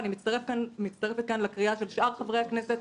ואני מצטרפת כאן לקריאה של שאר חברי הכנסת,